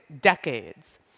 decades